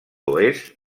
oest